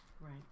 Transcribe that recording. Right